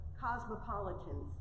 cosmopolitans